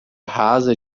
rasa